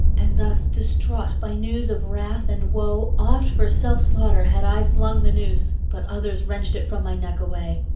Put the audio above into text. and thus distraught by news of wrath and woe, oft for self-slaughter had i slung the noose, but others wrenched it from my neck away.